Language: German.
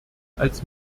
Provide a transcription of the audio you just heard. als